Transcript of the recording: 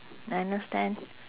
I understand